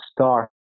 start